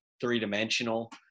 three-dimensional